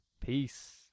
Peace